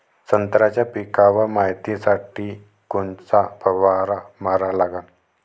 संत्र्याच्या पिकावर मायतीसाठी कोनचा फवारा मारा लागन?